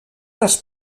les